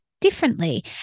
differently